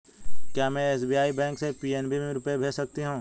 क्या में SBI bank से पी.एन.बी में रुपये भेज सकती हूँ?